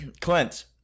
Clint